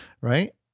right